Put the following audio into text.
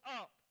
up